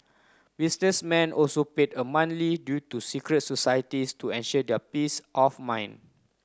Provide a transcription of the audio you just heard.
businessmen also paid a monthly due to secret societies to ensure their peace of mind